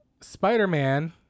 Spider-Man